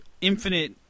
infinite